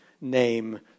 name